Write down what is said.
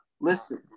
Listen